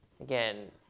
again